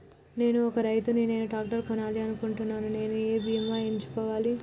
నేను ఒక రైతు ని నేను ట్రాక్టర్ కొనాలి అనుకుంటున్నాను నేను ఏ బీమా ఎంచుకోవాలి?